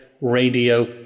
radio